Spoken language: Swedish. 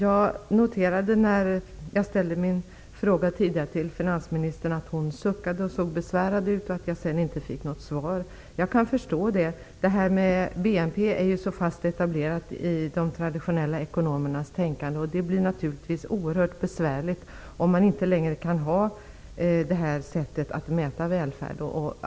Fru talman! När jag tidigare ställde min fråga till finansministern noterade jag att hon suckade och såg besvärad ut. Jag fick inte heller något svar. Jag kan förstå det. Resonemanget om BNP är så fast etablerat i de traditionella ekonomernas tänkande. Det blir naturligtvis oerhört besvärligt om man inte längre skulle använda BNP för att mäta välfärd.